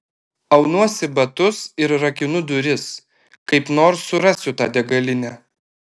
aunuosi batus ir rakinu duris kaip nors surasiu tą degalinę